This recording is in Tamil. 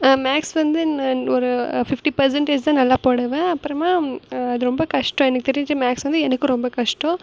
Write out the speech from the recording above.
மேக்ஸ் வந்து ஒரு ஃபிஃப்ட்டி பர்சன்டேஜ் தான் நல்லா போடுவேன் அப்புறமா அது ரொம்ப கஷ்டம் எனக்கு தெரிஞ்சு மேக்ஸ் வந்து எனக்கு ரொம்ப கஷ்டம்